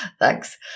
thanks